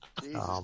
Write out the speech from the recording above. Jesus